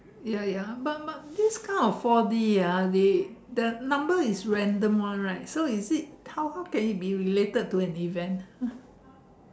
ya ya but but this kind of four D ah they the number is random [one] right so is it how how can it be related to an event